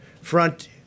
front